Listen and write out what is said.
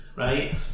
right